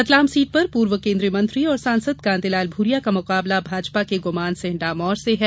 Ratlam seat पर पूर्व केंद्रीय मंत्री और सांसद कांतिलाल भूरिया का मुकाबला भाजपा के गुमान सिंह डामोर से है